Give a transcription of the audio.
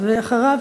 ואחריו,